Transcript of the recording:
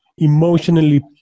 emotionally